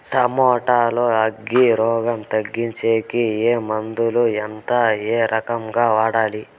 Tomato లో అగ్గి రోగం తగ్గించేకి ఏ మందులు? ఎంత? ఏ రకంగా వాడాలి?